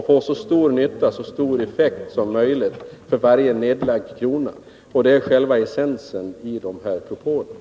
Man måste få så stora effekter som möjligt av varje nedlagd krona — och det är själva essensen i de här propåerna.